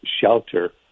shelter